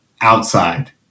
outside